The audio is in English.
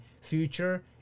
future